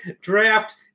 draft